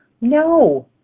No